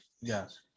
Yes